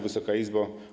Wysoka Izbo!